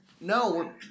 no